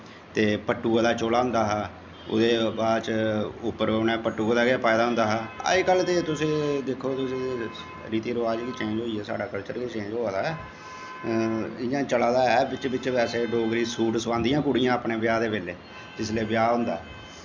ते पट्टुए दा झोला होंदा हा ओह्दे बाद च उप्पर उ'नें पट्टू दा गै पाए दा होंदा हा अज्ज कल ते तुस दिक्खी कि कुदै रिति रवाज़ गै चेंज़ होई गेआ साढ़ा कल्चर गै चेंज़ होआ दा ऐ इ'यां चला दा ऐ बिच्च बिच्च बैसे सूट जोगरी सोआंदियां कुड़ियां अपने ब्याह् दे बेल्लै जिसलै ब्याह् होंदा